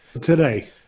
today